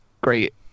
great